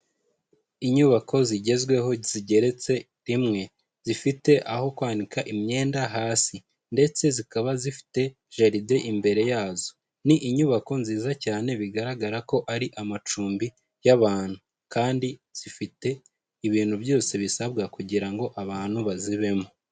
Inyubako zigezweho zigeretse rimwe, zifite aho kwanika imyenda hasi ndetse zikaba zifite jardin imbere yazo, ni inyubako nziza cyane bigaragara ko ari amacumbi y'abantu, kandi zifite ibintu byose bisabwa kugira ngo abantu bazibemo.